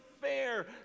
fair